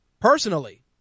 personally